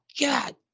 god